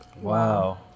Wow